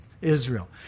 Israel